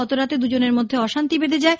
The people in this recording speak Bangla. গতরাতে দুজনের মধ্যে অশান্তি বেধে যায়